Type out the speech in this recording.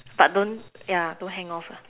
but don't yeah don't hang off